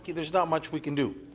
there's not much we can do.